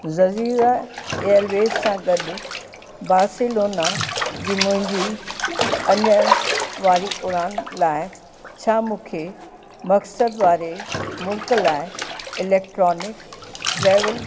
ज़ज़ीरा Airways सां गॾु Barcelona जी मुंहिंजी अञड़ वारी उड़ान लाइ छा मूंखे मक़्सद वारे मुल्क लाइ इलेक्ट्रॉनिक ट्रेवल